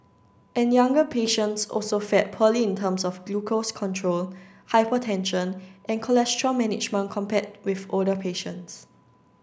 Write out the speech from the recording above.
and younger patients also fared poorly in terms of glucose control hypertension and cholesterol management compared with older patients